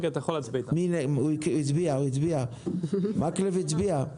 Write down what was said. הצבעה ההצעה אושרה.